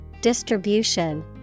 distribution